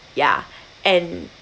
ya and